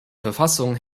verfassung